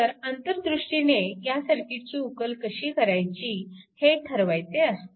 तर अंतर्दृष्टीने ह्या सर्किटची उकल कशी करायचे हे ठरवायचे असते